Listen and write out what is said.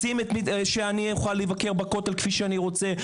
רוצים שאני אוכל לבקר בכותל כפי שאני רוצה,